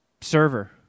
server